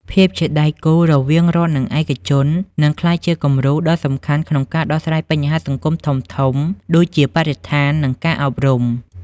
ភាពជាដៃគូរវាង រដ្ឋ និងឯកជន នឹងក្លាយជាគំរូដ៏សំខាន់ក្នុងការដោះស្រាយបញ្ហាសង្គមធំៗ ដូចជាបរិស្ថាន និងការអប់រំ។